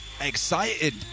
excited